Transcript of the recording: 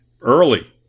early